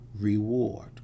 reward